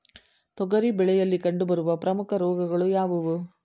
ತೊಗರಿ ಬೆಳೆಯಲ್ಲಿ ಕಂಡುಬರುವ ಪ್ರಮುಖ ರೋಗಗಳು ಯಾವುವು?